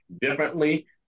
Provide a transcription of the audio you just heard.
differently